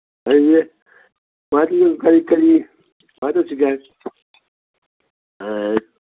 ꯀꯔꯤ ꯀꯔꯤ ꯀꯃꯥꯏ ꯇꯧꯁꯤꯒꯦ ꯑ